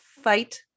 fight